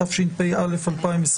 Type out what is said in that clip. התשפ"א-2021.